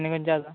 आनी खंयचें आसा